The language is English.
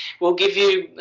we'll give you